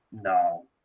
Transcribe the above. No